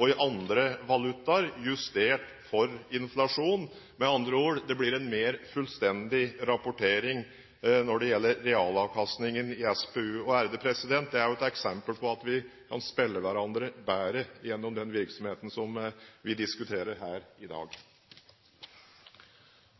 og i andre valutaer – justert for inflasjon. Med andre ord: Det blir en mer fullstendig rapportering når det gjelder realavkastningen i SPU. Det er jo et eksempel på at vi kan spille hverandre bedre gjennom den virksomheten som vi diskuterer her i dag.